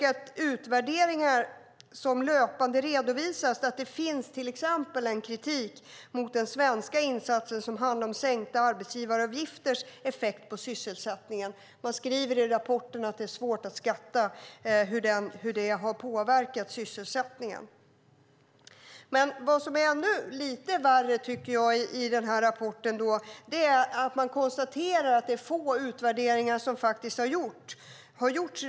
Man skriver till exempel att det är svårt att skatta effekten av den svenska insatsen med sänkta arbetsgivaravgifter och hur det har påverkat sysselsättningen. Vad som är värre är att man i rapporten konstaterar att få utvärderingar har gjorts.